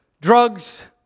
drugs